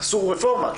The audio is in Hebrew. עשו רפורמה,